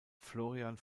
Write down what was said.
florian